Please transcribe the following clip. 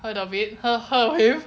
heard of it